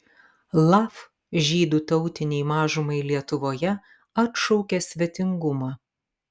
laf žydų tautinei mažumai lietuvoje atšaukia svetingumą